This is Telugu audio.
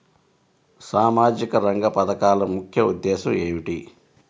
సామాజిక రంగ పథకాల ముఖ్య ఉద్దేశం ఏమిటీ?